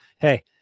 hey